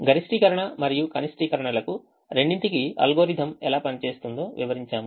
గరిష్టీకరణ మరియు కనిష్టీకరణ లకు రెండింటికీ అల్గోరిథం ఎలా పనిచేస్తుందో వివరించాము